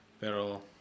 pero